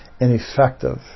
ineffective